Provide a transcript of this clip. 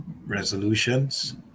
resolutions